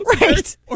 Right